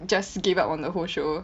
just gave up on the whole show